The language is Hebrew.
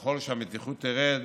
וככל שהמתיחות תרד